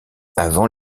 avant